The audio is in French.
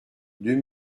deux